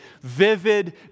vivid